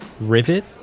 Rivet